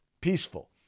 peaceful